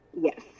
Yes